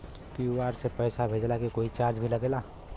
QR से पैसा भेजला के कोई चार्ज भी लागेला?